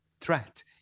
Threat